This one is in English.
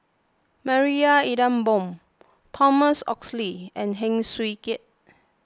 Marie Ethel Bong Thomas Oxley and Heng Swee Keat